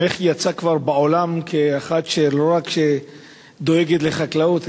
שמך יצא כבר בעולם כאחת שלא רק דואגת לחקלאות,